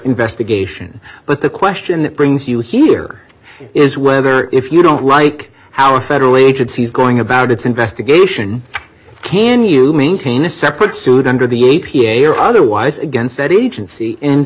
investigation but the question that brings you here is whether if you don't like how our federal agencies going about its investigation can you maintain a separate sued under the a p a or otherwise again said agency